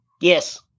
Yes